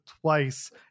twice